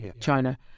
China